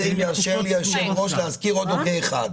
אם ירשה לי היושב ראש להזכיר עוד הוגה אחד.